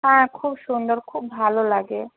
হ্যাঁ খুব সুন্দর খুব ভালো লাগে